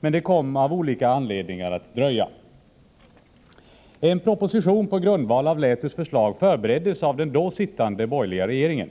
men det kom av olika anledningar att dröja. En proposition på grundval av Lätus förslag förbereddes av den då sittande borgerliga regeringen.